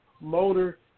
motor